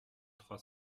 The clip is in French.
trois